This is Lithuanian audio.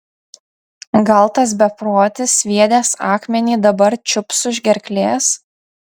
gal tas beprotis sviedęs akmenį dabar čiups už gerklės